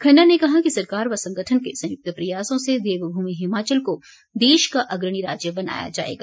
खन्ना ने कहा कि सरकार व संगठन के संयुक्त प्रयासों से देवभूमि हिमाचल को देश का अग्रणी राज्य बनाया जाएगा